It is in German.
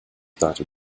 dato